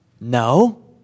No